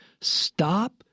stop